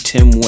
Tim